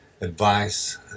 advice